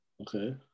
okay